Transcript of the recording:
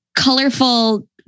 colorful